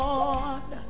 Lord